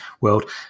world